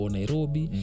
Nairobi